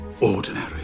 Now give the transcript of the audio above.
ordinary